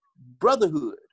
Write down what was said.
brotherhood